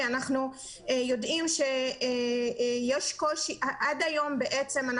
כי אנחנו יודעים שיש קושי עד היום בעצם,